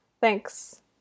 Thanks